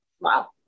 wow